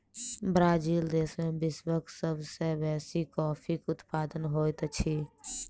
Brazil देश में विश्वक सब सॅ बेसी कॉफ़ीक उत्पादन होइत अछि